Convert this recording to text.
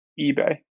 eBay